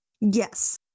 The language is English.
Yes